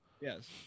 Yes